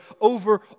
over